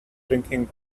drinking